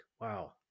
Wow